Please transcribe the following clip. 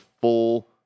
full